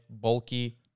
bulky